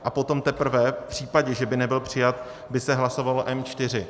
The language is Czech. A potom teprve v případě, že by nebyl přijat, by se hlasovalo M4.